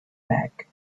back